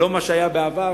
לא כמו שהיה בעבר,